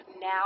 now